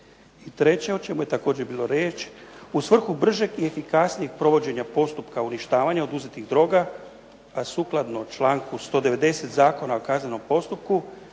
treće o čemu je također bilo riječ, u svrhu bržeg i efikasnijeg postupaka uništavanja oduzetih droga, a sukladno članku 190. Zakona o kaznenom postupku,